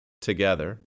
together